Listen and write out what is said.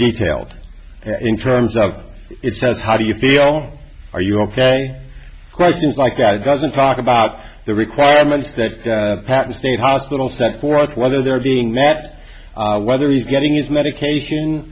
detailed in crimes of it says how do you feel are you ok questions like that it doesn't talk about the requirements that state hospital sent for whether they're being met whether he's getting his medication